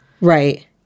Right